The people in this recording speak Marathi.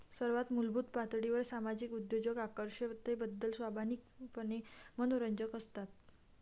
सर्वात मूलभूत पातळीवर सामाजिक उद्योजक आकर्षकतेबद्दल स्वाभाविकपणे मनोरंजक असतात